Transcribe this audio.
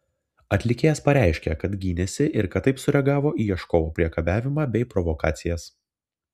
atlikėjas pareiškė kad gynėsi ir kad taip sureagavo į ieškovo priekabiavimą bei provokacijas